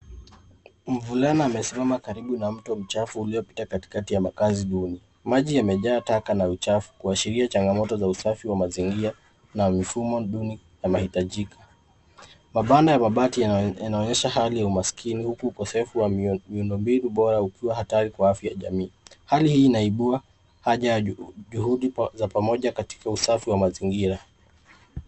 Mvulana amesimama karibu na mto mchafu uliopita katikati ya makaazi duni, Maji yamechaa taka na uchafu kuasharia changamoto ya usafi wa mazingira na mfumo duni unahitajika. Mabanda ya mabati yanaonyesha hali ya umaskini huku ukosefu wa miundombinu bora ukiwa hatari kwa afya ya jamii. Hali hii inaibua haja ya juhudi za pamoja katika usafi wa mazingira.